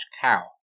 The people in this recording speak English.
Cow